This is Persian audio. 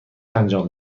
انجام